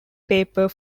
paper